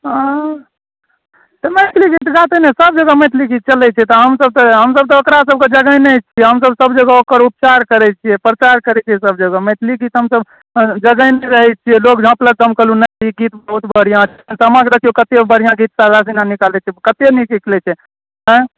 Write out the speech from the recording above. हँ मैथिली गीत गयतै नहि सभजगह मैथिली गीत चलैत छै तऽ हमसभ तऽ हमसभ तऽ ओकरासभके जगेने छियै हमसभ तऽ सभजगह ओकर उपचार करैत छियै प्रचार करैत छियै सभजगह मैथिली गीत हमसभ जगेने रहैत छियै लोक झँपलक तऽ हम कहलहुँ नहि ई गीत बहुत बढ़िआँ छै तऽ हम अहाँके देखियौ कतेक बढ़िआँ गीत शारदा सिन्हा निकालैत छै कतेक नीक निकलैत छै आँय